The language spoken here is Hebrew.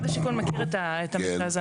מכיר את המקרה הזה,